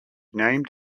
named